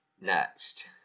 next